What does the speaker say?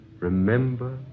Remember